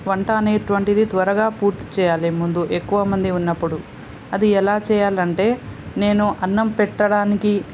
వంట అనేటువంటిది త్వరగా పూర్తి చేయాలి ముందు ఎక్కువ మంది ఉన్నప్పుడు అది ఎలా చేయాలంటే నేను అన్నం పెట్టడానికి